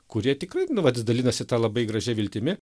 kurie tikrai nu vat dalinasi ta labai gražia viltimi